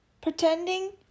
pretending